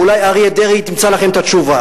אולי אריה דרעי ימצא לכם את התשובה.